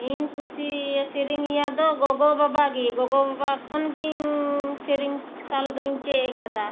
ᱤᱧ ᱠᱩᱥᱤᱭᱟᱹ ᱥᱮᱨᱮᱧ ᱤᱭᱟᱹ ᱫᱚ ᱜᱚᱜᱚ ᱵᱟᱵᱟ ᱜᱮ ᱜᱚᱜᱚ ᱵᱟᱵᱟ ᱠᱷᱚᱱ ᱜᱮᱧ ᱥᱮᱨᱮᱧ ᱥᱟᱞ ᱫᱩᱧ ᱪᱮᱫ ᱟᱠᱟᱫᱟ